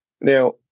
Now